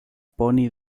pony